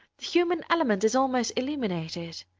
the human element is almost eliminated.